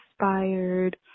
inspired